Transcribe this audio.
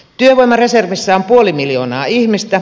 työvoimareservissä on puoli miljoonaa ihmistä